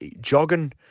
jogging